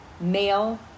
Male